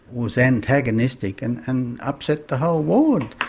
was antagonistic and and upset the whole ward.